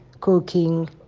cooking